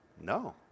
No